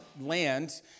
land